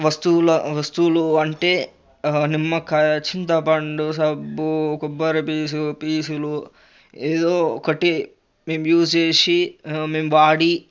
వస్తువుల వస్తువులు అంటే నిమ్మకాయ చింతపండు సబ్బూ కొబ్బరిపీచు పీచులు ఏదో ఒకటి మేం యూజ్ చేసి మేం వాడి